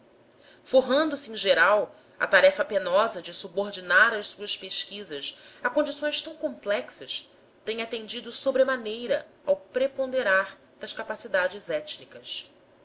antropólogos forrando se em geral à tarefa penosa de subordinar as suas pesquisas a condições tão complexas têm atendido sobremaneira ao preponderar das capacidades étnicas